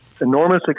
enormous